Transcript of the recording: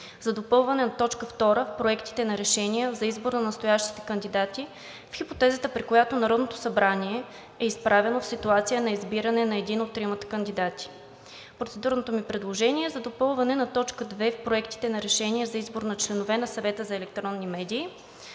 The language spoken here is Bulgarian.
за допълване на точка втора в проектите на решение за избор на настоящите кандидати в хипотезата, при която Народното събрание е изправено в ситуация на избиране на един от тримата кандидати. Процедурното ми предложение е за допълване на точка две в проектите на решение за избор на членове на Съвета за електронни медии